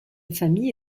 famille